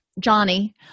Johnny